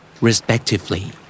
Respectively